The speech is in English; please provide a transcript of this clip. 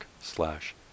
slash